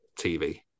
tv